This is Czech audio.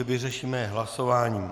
Vyřešíme je hlasováním.